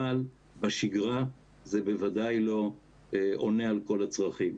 אבל בשגרה זה בוודאי לא עונה על כל הצרכים.